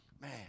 Man